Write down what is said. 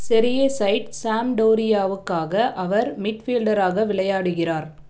செரி A side சாம்ப்டோரியாவுக்காக அவர் மிட்ஃபீல்டராக விளையாடுகிறார்